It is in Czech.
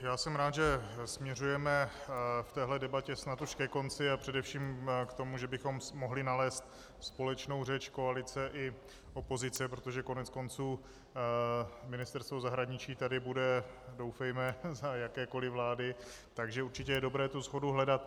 Já jsem rád, že směřujeme v téhle debatě snad už ke konci a především k tomu, že bychom mohli nalézt společnou řeč koalice i opozice, protože koneckonců Ministerstvo zahraničí tady bude doufejme za jakékoliv vlády, takže je určitě dobré shodu hledat.